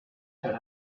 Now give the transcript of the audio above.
tell